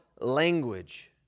language